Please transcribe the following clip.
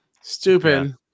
Stupid